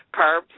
carbs